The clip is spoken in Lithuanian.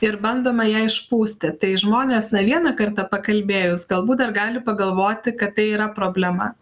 ir bandoma ją išpūsti tai žmonės na vieną kartą pakalbėjus galbūt dar gali pagalvoti kad tai yra problema